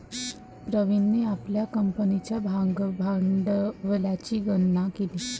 प्रवीणने आपल्या कंपनीच्या भागभांडवलाची गणना केली